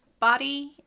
body